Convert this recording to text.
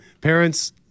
parents